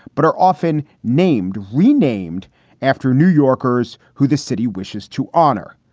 but are often named renamed after new yorkers who the city wishes to honor.